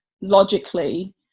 logically